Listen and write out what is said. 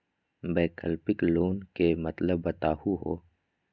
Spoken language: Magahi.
वैकल्पिक लोन के मतलब बताहु हो?